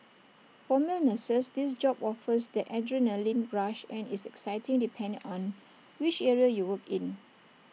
for male nurses this job offers that adrenalin rush and is exciting depending on which area you work in